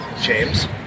James